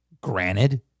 Granted